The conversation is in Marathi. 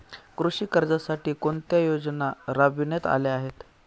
कृषी कर्जासाठी कोणत्या योजना राबविण्यात आल्या आहेत?